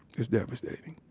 it's devastating.